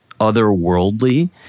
otherworldly